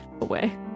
away